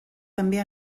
també